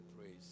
praise